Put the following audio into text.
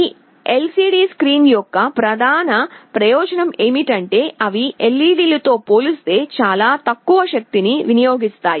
ఈ LCD screen యొక్క ప్రధాన ప్రయోజనం ఏమిటంటే అవి ఎల్ఇడిలతో పోలిస్తే చాలా తక్కువ శక్తిని వినియోగిస్తాయి